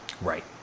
Right